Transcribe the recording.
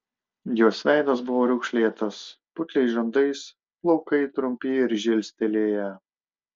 jos veidas buvo raukšlėtas putliais žandais plaukai trumpi ir žilstelėję